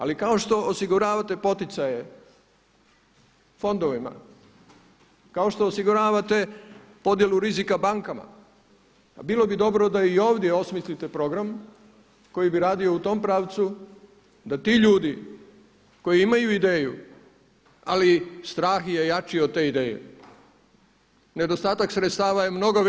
Ali kako što osiguravate poticaje fondovima, kao što osiguravate podjelu rizika bankama pa bilo bi dobro da i ovdje osmislite program koji bi radio u tom pravcu da ti ljudi koji imaju ideju ali strah je jači od te ideje, nedostatak sredstava je mnogo veći od te ideje.